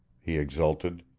he exulted,